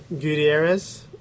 Gutierrez